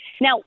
Now